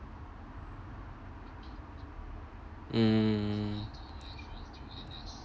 mm